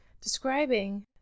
describing